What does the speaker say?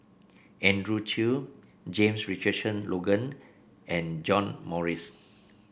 Andrew Chew James Richardson Logan and John Morrice